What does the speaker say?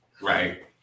right